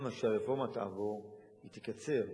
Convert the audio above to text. גם כשהרפורמה תעבור היא תקצר,